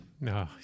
No